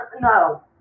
No